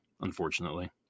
unfortunately